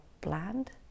bland